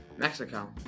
Mexico